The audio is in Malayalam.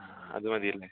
അതു മതിയല്ലേ